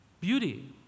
beauty